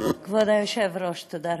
כבוד היושב-ראש, תודה רבה.